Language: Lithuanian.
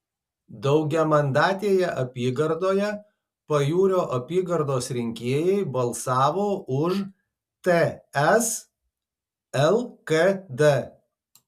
daugiamandatėje apygardoje pajūrio apygardos rinkėjai balsavo už ts lkd